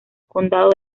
condado